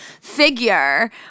figure